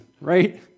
right